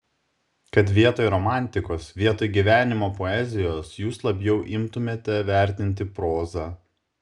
kad vietoj romantikos vietoj gyvenimo poezijos jūs labiau imtumėte vertinti prozą